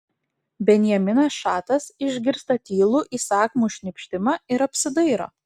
benjaminas šatas išgirsta tylų įsakmų šnypštimą ir apsidairo